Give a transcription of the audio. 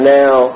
now